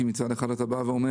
כי מצד אחד אתה אומר,